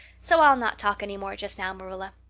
so i'll not talk any more just now, marilla.